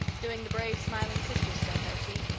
doing the brave-smiling-sister-stunt, i see.